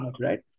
right